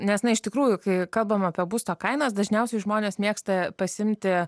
nes na iš tikrųjų kai kalbam apie būsto kainas dažniausiai žmonės mėgsta pasiimti